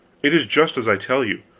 it is just as i tell you.